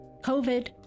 COVID